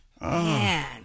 Man